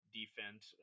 defense